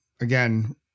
again